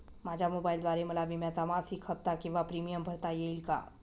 माझ्या मोबाईलद्वारे मला विम्याचा मासिक हफ्ता किंवा प्रीमियम भरता येईल का?